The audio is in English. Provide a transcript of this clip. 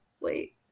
Wait